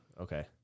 Okay